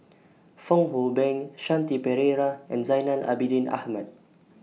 Fong Hoe Beng Shanti Pereira and Zainal Abidin Ahmad